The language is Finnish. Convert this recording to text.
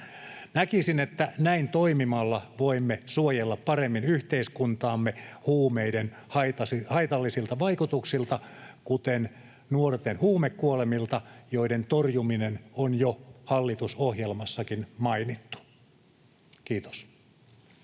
Näkisin, että näin toimimalla voimme suojella paremmin yhteiskuntaamme huumeiden haitallisilta vaikutuksilta, kuten nuorten huumekuolemilta, joiden torjuminen on jo hallitusohjelmassakin mainittu. — Kiitos.